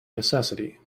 necessity